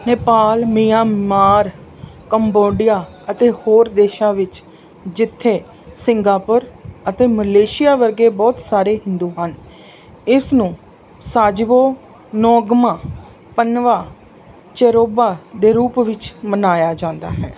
Nepal Myanmar Cambodia ਅਤੇ ਹੋਰ ਦੇਸ਼ਾਂ ਵਿੱਚ ਜਿੱਥੇ ਸਿੰਗਾਪੁਰ ਅਤੇ ਮਲੇਸ਼ੀਆ ਵਰਗੇ ਬਹੁਤ ਸਾਰੇ ਹਿੰਦੂ ਹਨ ਇਸ ਨੂੰ ਸਾਜਿਬੂ ਨੋਂਗਮਾ ਪਨਬਾ ਚੇਰੋਬਾ ਦੇ ਰੂਪ ਵਿੱਚ ਮਨਾਇਆ ਜਾਂਦਾ ਹੈ